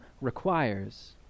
requires